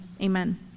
Amen